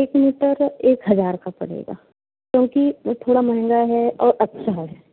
एक मीटर एक हजार का पड़ेगा क्योंकि ये थोड़ा महंगा है और अच्छा है